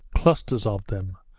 clusters of them,